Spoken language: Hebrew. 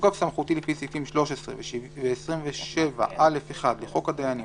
בתוקף סמכותי לפי סעיפים 13 ו-27(א)(1) לחוק הדיינים,